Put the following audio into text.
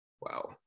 Wow